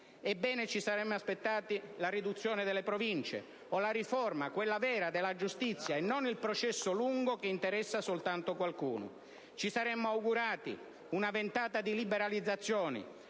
Ebbene, ci saremmo aspettati la riduzione delle province o la riforma, quella vera, della giustizia, e non il processo lungo, che interessa soltanto qualcuno. Ci saremmo augurati una ventata di liberalizzazioni,